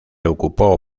ocupó